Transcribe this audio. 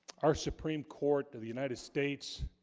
our supreme court of the united states